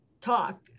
talk